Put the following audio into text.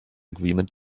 agreement